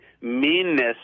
meanness